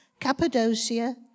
Cappadocia